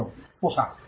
ছাত্র পোশাক